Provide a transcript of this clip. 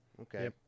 Okay